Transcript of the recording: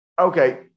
Okay